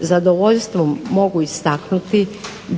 zadovoljstvom mogu istaknuti